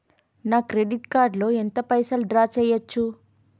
నా credit card లో ఎంత పైసల్ డ్రా చేయచ్చు?